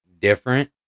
different